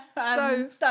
stove